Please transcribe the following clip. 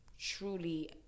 truly